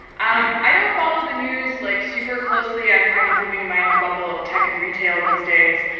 um i don't follow the news, like, super closely. i'm kind of living in my own bubble of tech and retail these days.